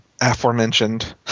aforementioned